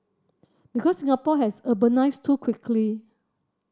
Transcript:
because Singapore has urbanised too quickly